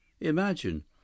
Imagine